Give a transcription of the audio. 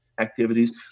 activities